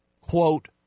quote